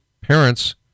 parents